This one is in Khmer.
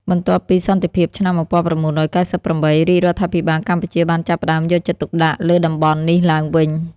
បន្ទាប់ពីសន្តិភាពឆ្នាំ ១៩៩៨ រាជរដ្ឋាភិបាលកម្ពុជាបានចាប់ផ្តើមយកចិត្តទុកដាក់លើតំបន់នេះឡើងវិញ។